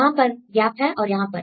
यहां पर गैप है और यहां पर